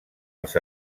els